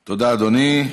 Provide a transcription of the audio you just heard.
תודה, אדוני.